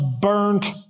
burnt